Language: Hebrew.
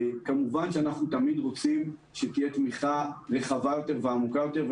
אנחנו כמובן תמיד רוצים שתהיה תמיכה רחבה יותר ועמוקה יותר,